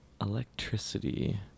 Electricity